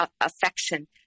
affection